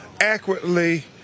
accurately